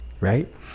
right